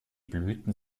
blüten